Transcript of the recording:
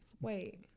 Wait